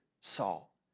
Saul